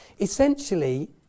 Essentially